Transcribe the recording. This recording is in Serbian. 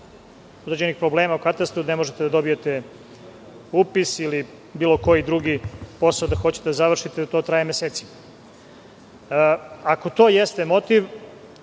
određenih problema u katastru, ne možete da dobijete upis ili bilo koji drugi posao da hoćete da završite, to traje mesecima? Ako to jeste motiv,